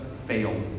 fail